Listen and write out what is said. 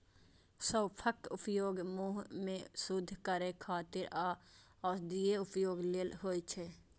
सौंफक उपयोग मुंह कें शुद्ध करै खातिर आ औषधीय उपयोग लेल होइ छै